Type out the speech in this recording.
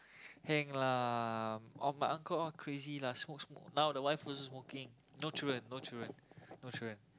heng lah of my uncle all crazy lah smoke smoke now the wife also smoking no children no children no children